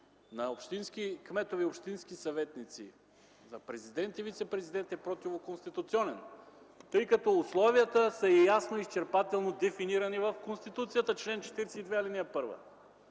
кметове и общински съветници, на президент и вицепрезидент, е противоконституционен, тъй като условията са ясно и изчерпателно дефинирани в Конституцията – чл. 42, ал. 1.